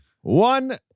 One